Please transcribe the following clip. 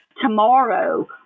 tomorrow